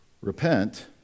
Repent